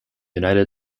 united